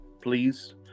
Please